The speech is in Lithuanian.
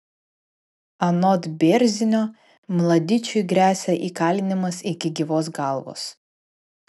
anot bėrzinio mladičiui gresia įkalinimas iki gyvos galvos